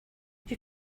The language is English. you